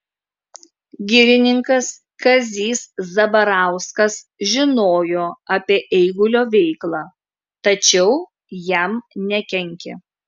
girininkas kazys zabarauskas žinojo apie eigulio veiklą tačiau jam nekenkė